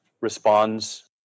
responds